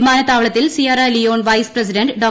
വിമാനത്താവളത്തിൽ Sierra Leone vice president ഡോ